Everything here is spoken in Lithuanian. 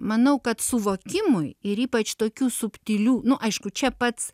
manau kad suvokimui ir ypač tokių subtilių nu aišku čia pats